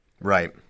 Right